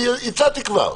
הצעתי כבר.